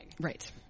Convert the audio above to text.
Right